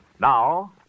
Now